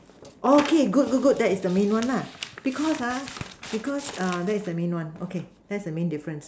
oh okay good good good that's the main one lah because ah because err that's the main one okay that's the main difference